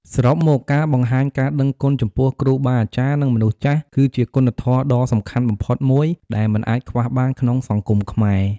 សរុបមក ការបង្ហាញការដឹងគុណចំពោះគ្រូបាអាចារ្យ និងមនុស្សចាស់ គឺជាគុណធម៌ដ៏សំខាន់បំផុតមួយដែលមិនអាចខ្វះបានក្នុងសង្គមខ្មែរ។